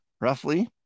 roughly